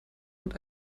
und